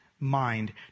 Mind